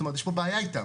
זאת אומרת יש בעיה איתן.